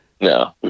No